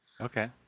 Okay